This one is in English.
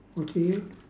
okay